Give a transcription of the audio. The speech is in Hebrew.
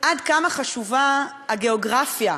עד כמה חשובה הגיאוגרפיה,